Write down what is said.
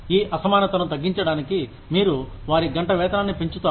ఈ అసమానతను తగ్గించడానికి మీరు వారి గంట వేతనాన్ని పెంచుతారు